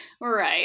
right